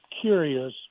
curious